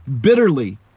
bitterly